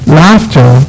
laughter